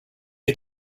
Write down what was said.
you